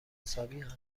حسابین